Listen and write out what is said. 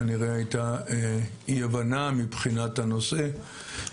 כנראה הייתה אי הבנה מבחינת הנושא,